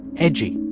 edgy.